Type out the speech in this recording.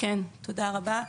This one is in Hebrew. תודה רבה.